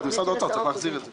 משרד האוצר צריך להחזיר את זה.